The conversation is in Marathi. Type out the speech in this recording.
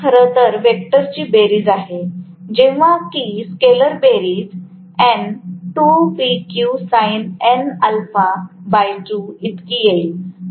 तर हे खरं तर वेक्टर ची बेरीज आहे जेव्हा की स्केलर बेरीज इतकी येईल